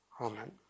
Amen